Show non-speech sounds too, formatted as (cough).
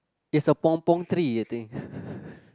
it's a pong pong tree I think (breath)